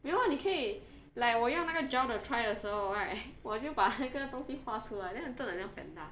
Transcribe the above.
没有 ah 你可以 like 我用那个 gel 的 try 的时候 right 我就把那个东西画出来 then 很真的很像 panda